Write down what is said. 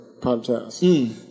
podcast